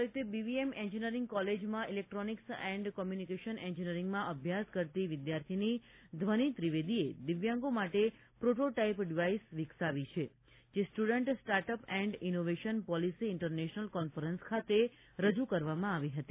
prototype device Charutar Vidyamandal સંચાલિત BVM engineering કોલેજમાં electronics and communication એન્જિનિયરિંગમાં અભ્યાસ કરતી વિદ્યાર્થિની ધ્વની ત્રિવેદીએ દિવ્યાંગો માટે પ્રોટોટાઇપ ડિવાઇસ વિકસાવી છે જે student startup and innovation policy international conference ખાતે રજૂ કરવામાં આવી હતી